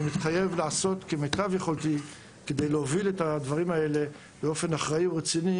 אני מתחייב לעשות כמיטב יכולתי כדי להוביל את הדברים האלה באופן רציני